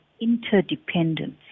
interdependence